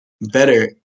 better